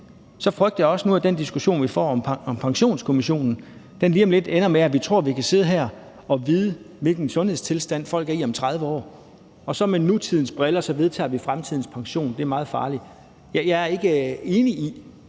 så frygter jeg også, at den diskussion, vi nu får om Pensionskommissionen, lige om lidt ender med, at vi tror, at vi kan sidde her og vide, hvilken sundhedstilstand folk har om 30 år, og så med nutidens briller vedtage fremtidens pension. Det er meget farligt. Jeg er ikke enig i